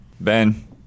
Ben